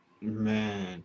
Man